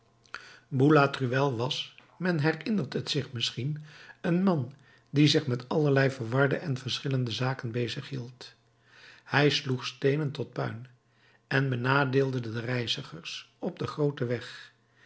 boulatruelle was men herinnert het zich misschien een man die zich met allerlei verwarde en verschillende zaken bezighield hij sloeg steenen tot puin en benadeelde de reizigers op den grooten weg